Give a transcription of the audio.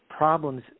problems